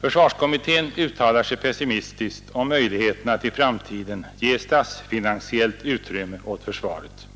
Försvarsutredningen uttalar sig pessimistiskt om möjligheterna att i framtiden ge statsfinansiellt utrymme åt försvaret.